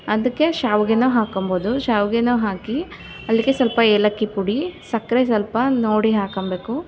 ಅದಕ್ಕೆ ಶಾವಿಗೆನ ಹಾಕೊಳ್ಬೋದು ಶಾವಿಗೆನೂ ಹಾಕಿ ಅಲ್ಲಿಗೆ ಸ್ವಲ್ಪ ಏಲಕ್ಕಿ ಪುಡಿ ಸಕ್ಕರೆ ಸ್ವಲ್ಪ ನೋಡಿ ಹಾಕೊಳ್ಬೇಕು